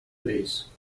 place